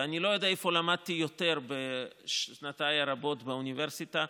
ואני לא יודע איפה למדתי יותר בשנותיי הרבות באוניברסיטה,